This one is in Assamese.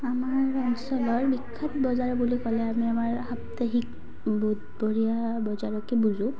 আমাৰ অঞ্চলৰ বিখ্যাত বজাৰ বুলি ক'লে আমি আমাৰ সাপ্তাহিক বুধবৰীয়া বজাৰকে বুজোঁ